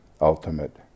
ultimate